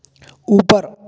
ऊपर